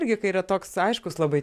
irgi kai yra toks aiškus labai